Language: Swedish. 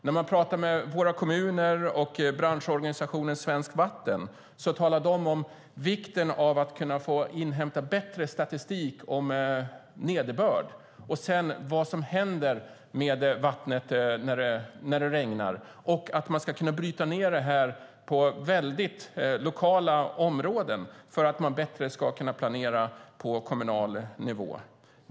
När man pratar med kommunerna och med branschorganisationen Svenskt Vatten talar de om vikten av att kunna inhämta bättre statistik om nederbörd och vad som händer med vattnet när det regnar och om att man ska kunna bryta ned det här på mycket lokala områden för att bättre kunna planera på kommunal nivå.